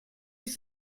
use